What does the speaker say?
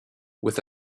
with